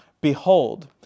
Behold